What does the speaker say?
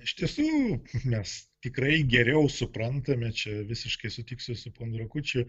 iš tiesų mes tikrai geriau suprantame čia visiškai susitiksiu su ponu rakučiu